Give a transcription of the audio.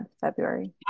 February